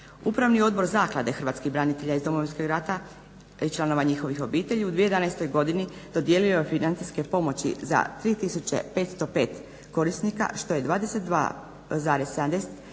Upravni odbor Zaklade hrvatskih branitelja iz Domovinskog rata i članova njihovih obitelji u 2011.godini dodijelio je financijske pomoći za 3 tisuće 505 korisnika što je 22,71%